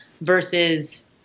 versus